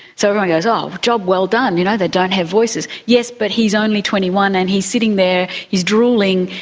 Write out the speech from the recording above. so everyone goes oh, job well done, you know they don't have voices. yes, but he's only twenty one and he's sitting there, he's drooling,